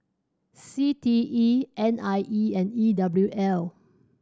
C T E N I E and E W L